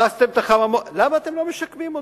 הרסתם את החממות, למה אתם לא משקמים אותנו?